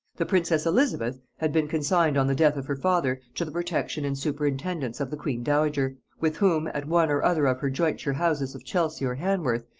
the princess elizabeth had been consigned on the death of her father to the protection and superintendance of the queen-dowager, with whom, at one or other of her jointure-houses of chelsea or hanworth,